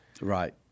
Right